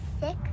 sick